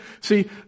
See